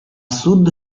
sud